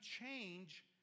change